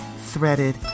threaded